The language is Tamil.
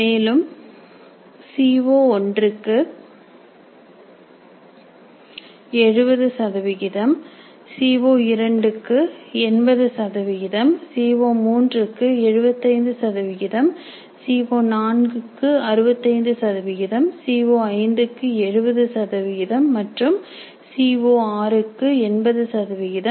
மேலும் சிஓ ஒன்றுக்கு 70 சதவிகிதம் co2 க்கு 80 சதவிகிதம் co3 க்கு 75 சதவிகிதம் co4 க்கு 65 சதவிகிதம் co5 க்கு 70 சதவிகிதம் மற்றும் co6 க்கு 80 சதவிகிதம்